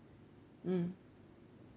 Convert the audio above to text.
mm